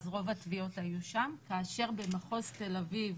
אז רוב הטביעות היו שם כאשר במחוז תל-אביב